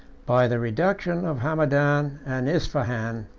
by the reduction of hamadan and ispahan,